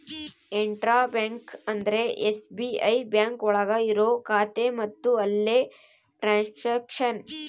intra banking ಅಂದ್ರೆ SBI bank ಒಳಗ ಇರೋ ಖಾತೆ ಮತ್ತು ಅಲ್ಲೇ ಟ್ರನ್ಸ್ಯಾಕ್ಷನ್